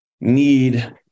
need